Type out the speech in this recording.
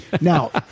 Now